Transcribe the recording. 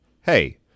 hey